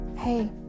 Hey